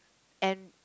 and